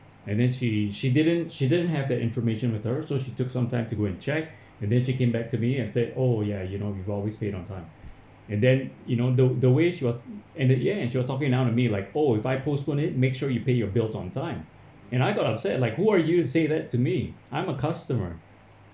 and then she she didn't she didn't have that information with her so she took some time to go and check and then she came back to me and say oh ya you know you always paid on time and then you know the the way she was and the ya she was talking down to me like oh if I postponed it make sure you pay your bills on time and I got upset like who are you to say that to me I'm a customer